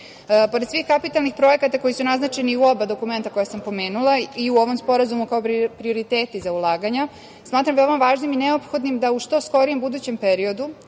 svih kapitalnih projekata koji su naznačeni u oba dokumenta koja sam pomenula i u ovom sporazumu kao prioriteti za ulaganja, smatram veoma važnim i neophodnim da u što skorijem budućem periodu